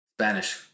Spanish